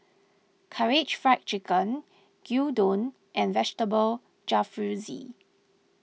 Karaage Fried Chicken Gyudon and Vegetable Jalfrezi